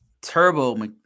Turbo